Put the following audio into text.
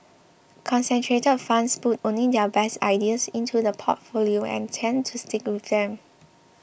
concentrated funds put only their best ideas into the portfolio and tend to stick with them